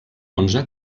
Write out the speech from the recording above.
onze